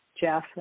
Jeff